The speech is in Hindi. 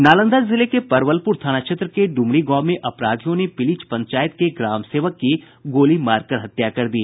नालंदा जिले के परबलपुर थाना क्षेत्र के डुमरी गांव में अपराधियों ने पिलीच पंचायत के ग्राम सेवक की गोली मारकर हत्या कर दी